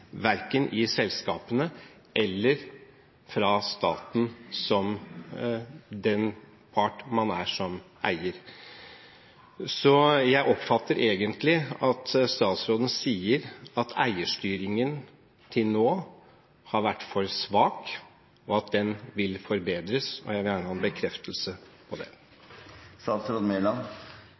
verken i selskapene eller fra staten, som den part man er som eier. Så jeg oppfatter egentlig at statsråden sier at eierstyringen til nå har vært for svak, og at den vil forbedres, og jeg vil gjerne ha en bekreftelse på det.